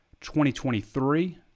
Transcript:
2023